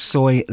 Soy